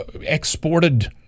exported